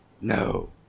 No